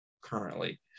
currently